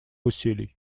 усилий